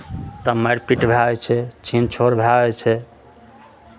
तब मारि पीट भए जाइ छै छीन छोड़ भए जाइ छै